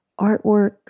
artwork